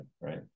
right